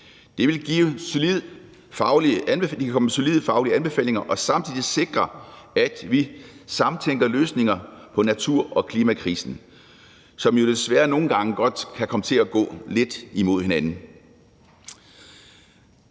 kan komme med solide faglige anbefalinger og samtidig sikre, at vi samtænker løsninger på natur- og klimakrisen, som jo desværre nogle gange godt kan komme til at gå lidt imod hinanden.